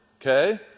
Okay